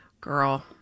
Girl